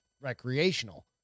recreational